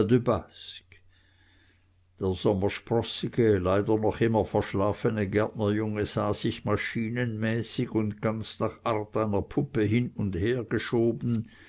leider noch immer verschlafene gärtnerjunge sah sich maschinenmäßig und ganz nach art einer puppe hin und her geschoben